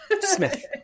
Smith